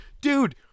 Dude